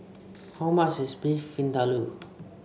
how much is Beef Vindaloo